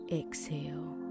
exhale